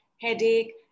headache